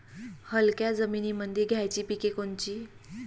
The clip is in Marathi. हलक्या जमीनीमंदी घ्यायची पिके कोनची?